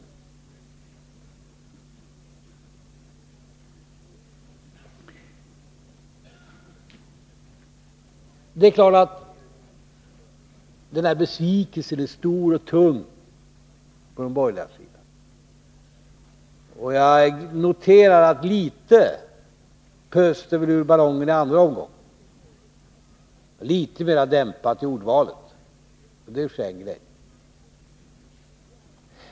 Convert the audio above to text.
39 Det är klart att besvikelsen är stor och tung på den borgerliga sidan. Jag noterar att litet pöste väl ur ballongen i andra omgången. Ordvalet var då litet mera dämpat, och det är i och för sig glädjande.